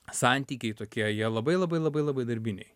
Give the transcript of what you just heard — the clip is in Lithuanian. santykiai tokie jie labai labai labai labai darbiniai